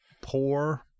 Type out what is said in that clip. poor